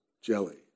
jelly